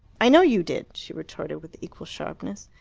i know you did, she retorted with equal sharpness.